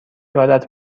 یادت